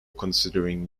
considering